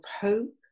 hope